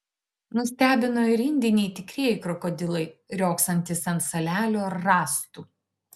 nustebino ir indiniai tikrieji krokodilai riogsantys ant salelių ar rąstų